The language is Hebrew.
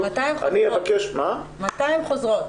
אבל מתי הן חוזרות?